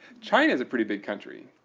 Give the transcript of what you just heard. china is a pretty big country.